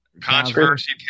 controversy